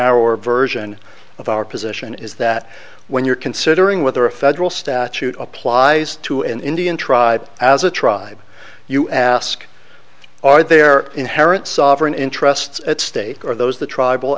our version of our position is that when you're considering whether a federal statute applies to an indian tribe as a tribe you ask are there inherent sovereign interests at stake are those the tribal